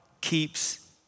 keeps